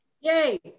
Yay